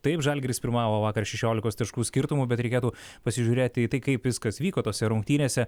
taip žalgiris pirmavo vakar šešiolikos taškų skirtumu bet reikėtų pasižiūrėti į tai kaip viskas vyko tose rungtynėse